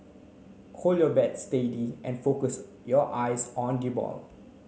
hold your bat steady and focus your eyes on the ball